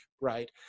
right